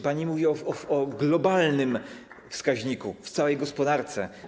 Pani mówi o globalnym wskaźniku w całej gospodarce.